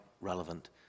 relevant